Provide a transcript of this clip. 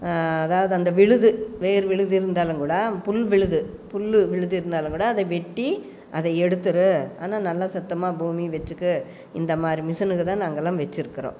அதாவது அந்த விழுது வேர் விழுது இருந்தாலுங்கூட புல் விழுது புல் விழுது இருந்தாலுங்கூட அதை வெட்டி அதை எடுத்துடும் ஆனால் நல்லா சுத்தமாக பூமியை வைச்சிக்க இந்தமாதிரி மிஷினுங்கள் தான் நாங்கள்லாம் வைச்சிருக்கோம்